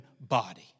body